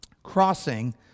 crossing